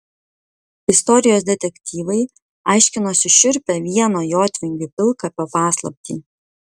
istorijos detektyvai aiškinosi šiurpią vieno jotvingių pilkapio paslaptį